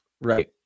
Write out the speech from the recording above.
Right